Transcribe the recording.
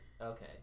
Okay